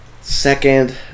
second